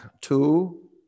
two